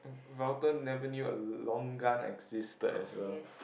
Valter never knew a longan existed as well